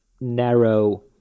narrow